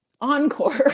encore